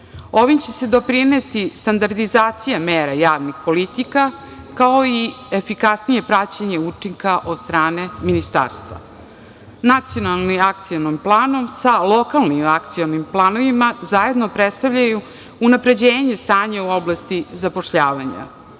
Ovim će se doprineti standardizacija mera javnih politika, kao i efikasnije praćenje učinka od strane ministarstva. Nacionalni Akcioni plan sa lokalnim akcionim planovima zajedno predstavljaju unapređenje stanja u oblasti zapošljavanja.